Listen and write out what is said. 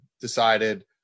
decided